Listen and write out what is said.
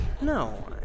No